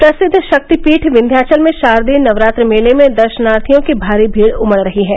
प्रसिद्व शक्तिपीठ विस्याचल में शारदीय नवरात्र मेले में दर्शनार्थियों की भारी भीड़ उमड़ रही है